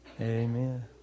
Amen